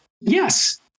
yes